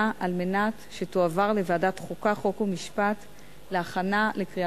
18 חודשים לאחר